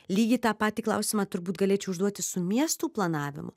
lygiai tą patį klausimą turbūt galėčiau užduoti su miestų planavimu